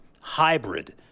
hybrid